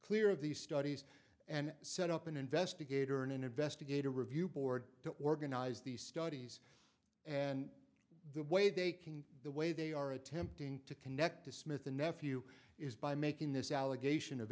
clear of these studies and set up an investigator an investigator review board to organize these studies and the way they can the way they are attempting to connect to smith the nephew is by making this allegation of